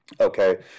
Okay